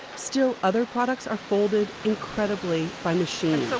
still other products are folded, incredibly, by machine, but